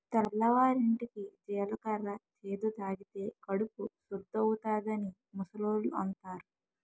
తెల్లవారింటికి జీలకర్ర చేదు తాగితే కడుపు సుద్దవుతాదని ముసలోళ్ళు అంతారు